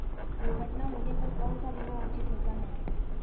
दुर्घटना होने पर कौन सा बीमा उचित होता है?